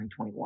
2021